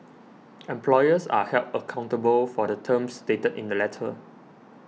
employers are held accountable for the terms stated in the letter